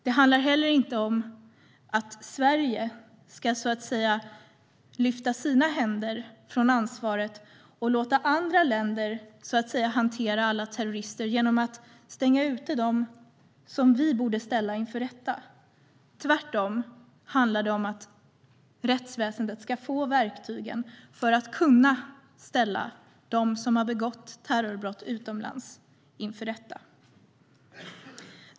Det handlar inte heller om att Sverige ska lyfta sina händer från ansvaret och låta andra länder hantera alla terrorister genom att stänga ute dem som vi borde ställa inför rätta. Tvärtom handlar det om att rättsväsendet ska få verktygen för att kunna ställa dem som har begått terrorbrott utomlands inför rätta.